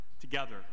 together